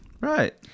Right